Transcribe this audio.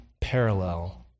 parallel